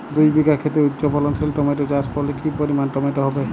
দুই বিঘা খেতে উচ্চফলনশীল টমেটো চাষ করলে কি পরিমাণ টমেটো হবে?